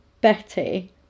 Betty